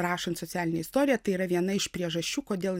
rašant socialinę istoriją tai yra viena iš priežasčių kodėl